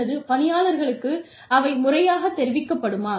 அல்லது பணியாளர்களுக்கு அவை முறையாகத் தெரிவிக்கப்படுமா